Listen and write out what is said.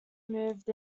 moved